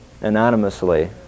anonymously